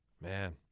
Man